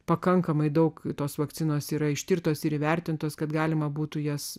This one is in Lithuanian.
pakankamai daug tos vakcinos yra ištirtos ir įvertintos kad galima būtų jas